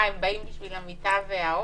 הם באים למיטה ולאוכל?